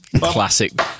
Classic